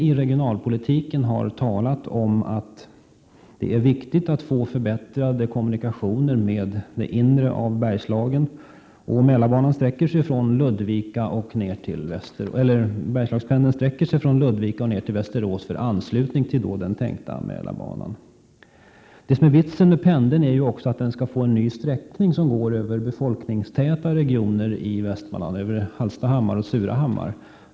I regionalpolitiken har man länge talat om att det är viktigt att få förbättrade kommunikationer med det inre av Bergslagen. Bergslagspendeln sträcker sig från Ludvika ner till Västerås för anslutning till den tänkta Mälarbanan. Meningen är också att Bergslagspendeln skall få en ny sträckning genom befolkningstäta regioner i Västmanland, genom Hallstahammar och Surahammar.